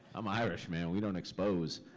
i'm irish, man. we don't expose.